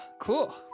cool